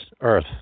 earth